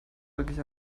wirklich